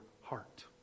heart